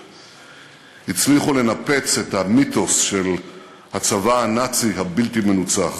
הצליחו לנפץ את המיתוס של הצבא הנאצי הבלתי-מנוצח.